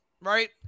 right